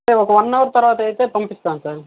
అంటే ఒక one hour తర్వాత అయితే పంపిస్తాను సార్